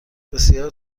بسیار